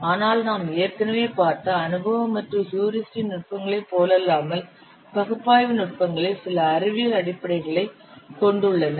ஆனால் நாம் ஏற்கனவே பார்த்த அனுபவ மற்றும் ஹியூரிஸ்டிக் நுட்பங்களைப் போலல்லாமல் பகுப்பாய்வு நுட்பங்களில் சில அறிவியல் அடிப்படைகளைக் கொண்டுள்ளன